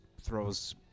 throws